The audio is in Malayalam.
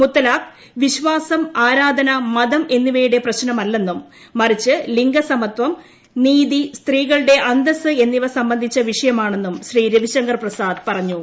മുത്തലാഖ് വിശ്വാസം ആരാധന മതം എന്നിവയുടെ പ്രശ്നമല്ലെന്നും മറിച്ച്ലിംഗ സമത്വം നീതി സ്ത്രീകളുടെ അന്തസ്സ് എന്നിവ സംബന്ധിച്ച വിഷയമാണെന്നും ശ്രീ രവിശങ്കർ പ്രസാദ് പറഞ്ഞു